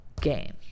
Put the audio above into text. game